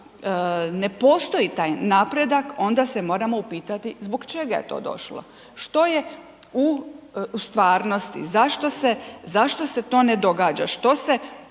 ne postoji taj napredak, onda se moramo upitati zbog čega je to došlo, što je u stvarnosti, zašto se to ne događa, što se